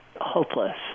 hopeless